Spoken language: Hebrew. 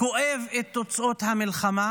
כואב את תוצאות המלחמה